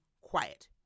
quiet